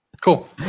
Cool